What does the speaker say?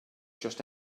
just